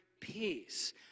peace